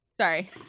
Sorry